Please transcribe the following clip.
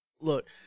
Look